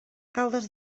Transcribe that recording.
caldes